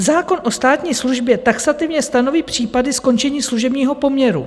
Zákon o státní službě taxativně stanoví případy skončení služebního poměru.